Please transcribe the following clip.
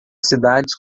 cidades